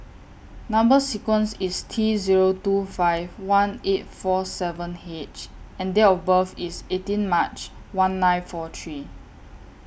Number sequence IS T Zero two five one eight four seven H and Date of birth IS eighteen March one nine four three